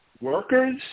workers